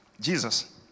Jesus